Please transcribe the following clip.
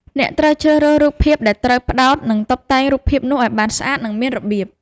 អ្នកត្រូវជ្រើសរើសរូបភាពដែលត្រូវផ្តោតនិងតុបតែងរូបភាពនោះ ឱ្យបានស្អាត និងមានរបៀប។